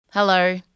Hello